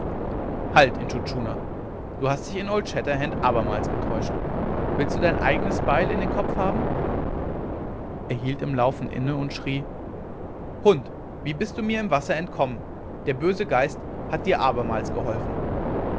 halt intschu tschuna du hast dich in old shatterhand abermals getäuscht willst du dein eigenes beil in den kopf haben er hielt im laufen inne und schrie hund wie bist du mir im wasser entkommen der böse geist hat dir abermals geholfen